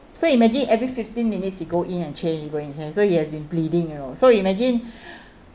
so imagine every fifteen minutes he go in and change he go in and change so he has been bleeding you know so you imagine